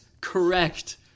correct